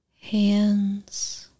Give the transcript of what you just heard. hands